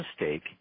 mistake